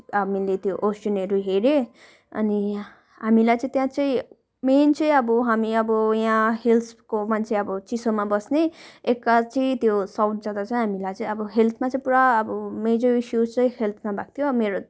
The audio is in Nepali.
हामीले त्यो ओसनहरू हेर्यौँ अनि हामीलाई चाहिँ त्यहाँ चाहिँ मेन चाहिँ हामी अब यहाँ हिल्सको मान्छे अब चिसोमा बस्ने एकाएक चाहिँ त्यो साउथ जाँदा चाहिँ हामीलाई चाहिँ अब हेल्थमा चाहिँ पुरा अब मेजर इसुज चाहिँ हेल्थमा भएको थियो मेरो